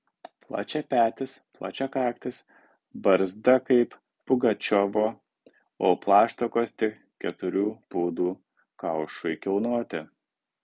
plačiapetis plačiakaktis barzda kaip pugačiovo o plaštakos tik keturių pūdų kaušui kilnoti